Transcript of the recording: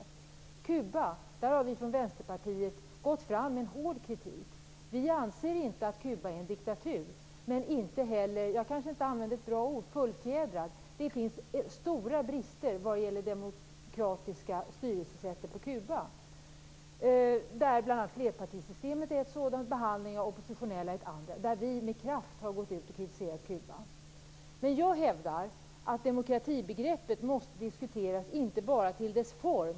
När det gäller Kuba har vi från Vänsterpartiet gått fram med en hård kritik. Vi anser inte att Kuba är en diktatur men inte heller att det är en fullfjädrad demokrati. Jag kanske inte använde ett bra ord. Det finns stora brister när det gäller det demokratiska styrelsesättet på Kuba, bl.a. när det gäller flerpartisystem och behandlingen av oppositionella. Vi har med kraft gått ut och kritiserat Kuba i dessa avseenden. Men jag hävdar att demokratibegreppet inte bara måste diskuteras till dess form.